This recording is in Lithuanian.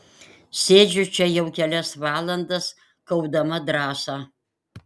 sėdžiu čia jau kelias valandas kaupdama drąsą